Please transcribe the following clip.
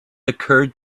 occurred